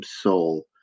soul